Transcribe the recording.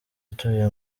utuye